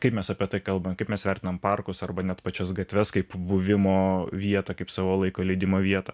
kaip mes apie tai kalbame kaip mes vertinam parkus arba net pačias gatves kaip buvimo vietą kaip savo laiko leidimo vietą